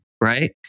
right